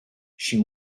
she